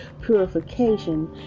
purification